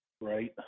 Right